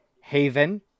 Haven